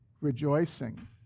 rejoicing